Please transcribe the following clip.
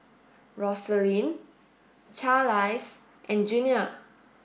Roselyn Charlize and Junior